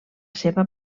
seva